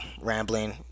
rambling